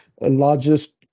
largest